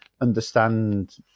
understand